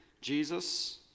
Jesus